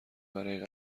برای